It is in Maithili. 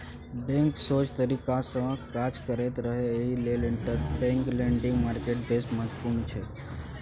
बैंक सोझ तरीकासँ काज करैत रहय एहि लेल इंटरबैंक लेंडिंग मार्केट बेस महत्वपूर्ण छै